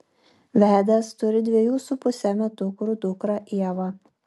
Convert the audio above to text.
vedęs turi dviejų su puse metukų dukrą ievą